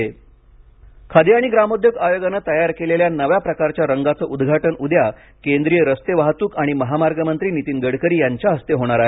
खादी रंग खादी आणि ग्रामोद्योग आयोगानं तयार केलेल्या नव्या प्रकारच्या रंगाचं उद्घाटन उद्या केंद्रीय रस्ते वाहतूक आणि महामार्ग मंत्री नीतीन गडकरी यांच्या हस्ते होणार आहे